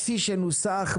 כפי שנוסח,